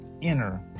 inner